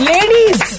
Ladies